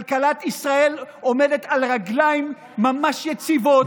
כלכלת ישראל עומדת על רגליים ממש יציבות,